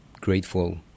grateful